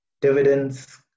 Dividends